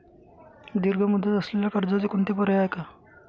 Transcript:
दीर्घ मुदत असलेल्या कर्जाचे कोणते पर्याय आहे?